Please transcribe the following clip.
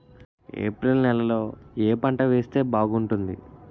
April నెలలో ఏ పంట వేస్తే బాగుంటుంది?